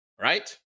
right